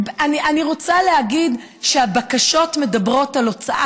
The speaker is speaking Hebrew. אני רוצה להגיד שהבקשות מדברות על הוצאת